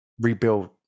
rebuild